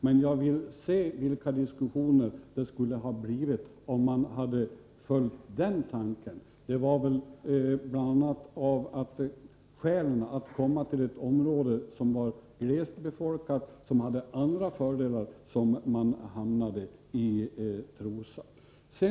Men jag kan föreställa mig vilka diskussioner det skulle ha blivit om man hade följt den tanken. Skälen till att man hamnade i Forsmark var väl bl.a. att det borde vara ett område som var glesbefolkat och som hade andra fördelar.